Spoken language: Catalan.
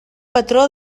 patró